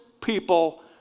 people